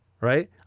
Right